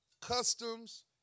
customs